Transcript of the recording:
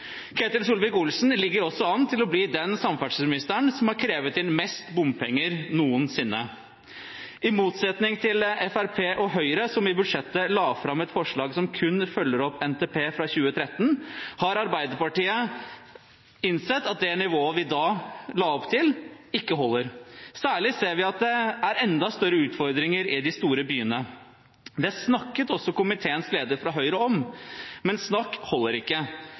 Ketil Solvik-Olsen ligger også an til å bli den samferdselsministeren som har krevet inn mest bompenger noensinne. I motsetning til Fremskrittspartiet og Høyre, som i budsjettet la fram et forslag som kun følger opp NTP fra 2013, har Arbeiderpartiet innsett at det nivået vi da la opp til, ikke holder. Særlig ser vi at det er enda større utfordringer i de store byene. Det snakket også komiteens leder fra Høyre om, men snakk holder ikke.